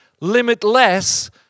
limitless